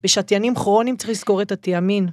‫ושתיינים כרוניים צריך לזכור את התיאמין.